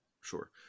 sure